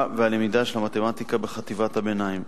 והלמידה של המתמטיקה בחטיבת הביניים.